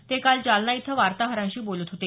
ते काल जालना इथं वार्ताहरांशी बोलत होते